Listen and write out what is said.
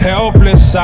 Helpless